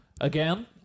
Again